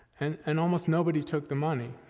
and and almost nobody took the money,